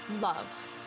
love